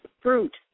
fruit